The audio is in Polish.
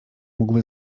mógłby